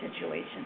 situation